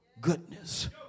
goodness